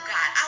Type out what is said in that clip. God